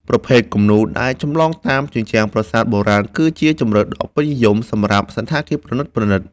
ប្រភេទគំនូរ ដែលចម្លងតាមជញ្ជាំងប្រាសាទបុរាណ គឺជាជម្រើសដ៏ពេញនិយមសម្រាប់សណ្ឋាគារប្រណីតៗ។